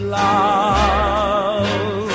love